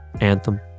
anthem